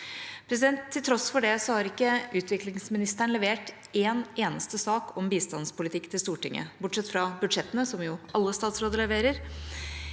for 2022. Til tross for det har ikke utviklingsministeren levert en eneste sak om bistandspolitikk til Stortinget, bortsett fra budsjettene, som alle statsråder leverer.